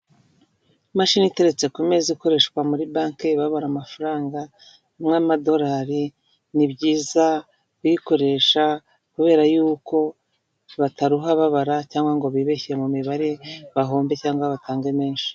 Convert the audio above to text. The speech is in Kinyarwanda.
Imashini iteretse ku meza ikoreshwa muri banki babara amafaranga nk'amadolari, ni byiza kuyikoresha kubera yuko bataruha babara cyangwa ngo bibeshye mu mibare bahombe cyangwa batange menshi.